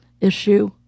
issue